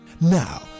Now